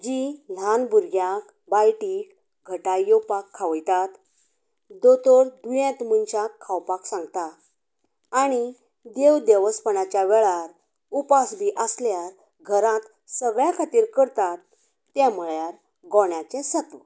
आमी ल्हान भुरग्यांक बाल्टी गटाय येवपाक खावयतात दोतोर दुयेंत मनशाक खावपाक सांगता आनी देव देवस्पनाच्या वेळार उपास बी आसल्यार घरांत सगळ्यां खातीर करतात त्या म्हणल्यार घोण्याचें सत्व